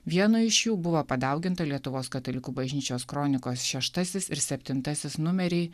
vieno iš jų buvo padauginta lietuvos katalikų bažnyčios kronikos šeštasis ir septintasis numeriai